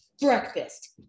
Breakfast